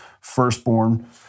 firstborn